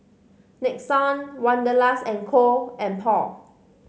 Nixon Wanderlust and Co and Paul